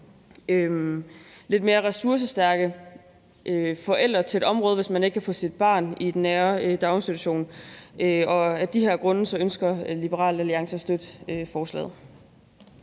lidt mere ressourcestærke forældre til et område, hvis man ikke kan få sit barn i den nære daginstitution. Af de her grunde ønsker Liberal Alliance at støtte forslaget.